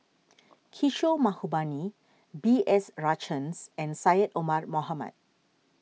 Kishore Mahbubani B S Rajhans and Syed Omar Mohamed